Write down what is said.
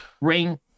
Ring